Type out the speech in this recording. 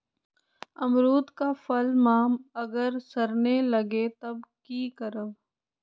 अमरुद क फल म अगर सरने लगे तब की करब?